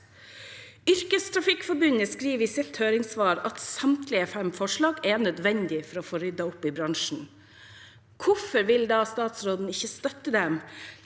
Yrkestrafikkforbundet skriver i sitt høringssvar at samtlige fem forslag er nødvendige for å få ryddet opp i bransjen. Hvorfor vil ikke statsråden da støtte dem?